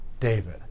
david